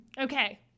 Okay